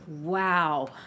Wow